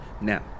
Now